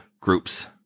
groups